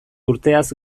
urteaz